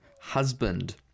husband